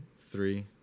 Three